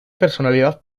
personalidad